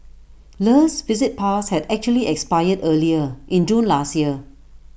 le's visit pass had actually expired earlier in June last year